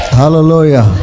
hallelujah